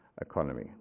economy